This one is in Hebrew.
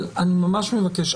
אני ממש מבקש,